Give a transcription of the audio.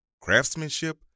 Craftsmanship